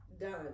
Done